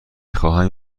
خواهم